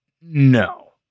No